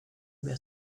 mia